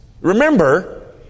remember